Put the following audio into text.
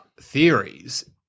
theories